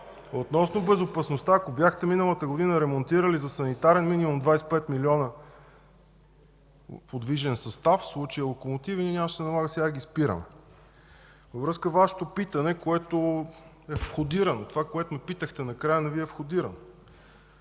Относно безопасността, ако миналата година бяхте ремонтирали за санитарен минимум 25 милиона подвижен състав – в случая локомотиви, сега нямаше да се налага да ги спираме. Във връзка с Вашето питане, което е входирано, защото това, за което ме питахте накрая, не Ви е входирано.